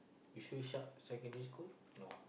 Yusof-Ishak-Secondary-School no ah